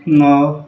ନଅ